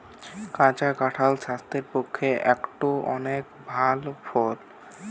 কাঁচা কাঁঠাল স্বাস্থ্যের পক্ষে একটো অনেক ভাল ফল